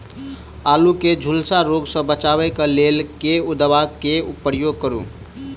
आलु केँ झुलसा रोग सऽ बचाब केँ लेल केँ दवा केँ प्रयोग करू?